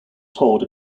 told